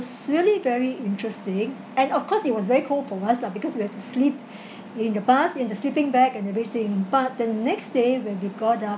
really very interesting and of course it was very cold for us lah because we have to sleep in the bus in the sleeping bag and everything but the next day when we go down